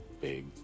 Big